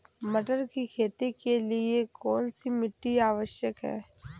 मटर की खेती के लिए कौन सी मिट्टी आवश्यक है?